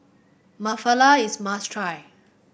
is must try